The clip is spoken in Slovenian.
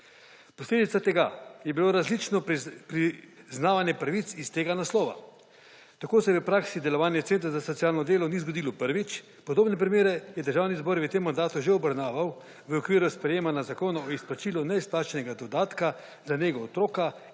Posledica tega je bilo različno priznavanje pravic iz tega naslova. Tako se v praksi delovanja centrov za socialno delo ni zgodilo prvič, podobne primere je Državni zbor v tem mandatu že obravnaval v okviru sprejemanja Zakona o izplačilu neizplačanega dodatka za nego otroka